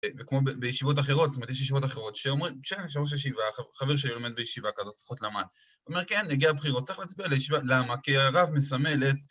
וכמו בישיבות אחרות, זאת אומרת יש ישיבות אחרות שאומרים, שאלה שלושה שבעה, חבר שלי לומד בישיבה כזאת, לפחות למד, אומר כן, הגיע הבחירות, צריך להצביע על הישיבה, למה? כי הרב מסמל את...